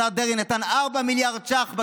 השר דרעי נתן 4 מיליארד שקלים,